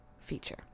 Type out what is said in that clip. feature